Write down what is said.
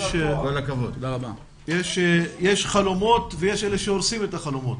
יש חלומות ויש אלה שהורסים את החלומות.